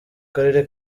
karere